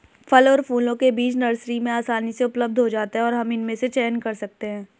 फल और फूलों के बीज नर्सरी में आसानी से उपलब्ध हो जाते हैं और हम इनमें से चयन कर सकते हैं